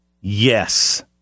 yes